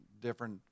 different